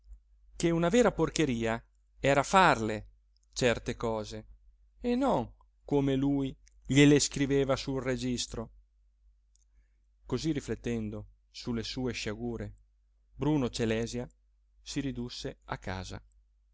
che una vera porcheria era farle certe cose e non come lui gliele scriveva sul registro cosí riflettendo su le sue sciagure bruno celèsia si ridusse a casa